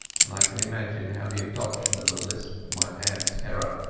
and i could imagine how the adoption of a lisp might add terror.